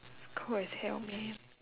it's cold as hell man